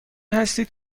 هستید